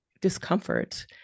discomfort